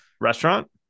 Restaurant